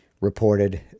reported